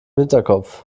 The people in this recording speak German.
hinterkopf